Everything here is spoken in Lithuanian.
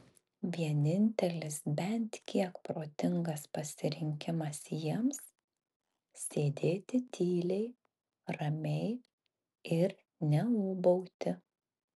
vienintelis bent kiek protingas pasirinkimas jiems sėdėti tyliai ramiai ir neūbauti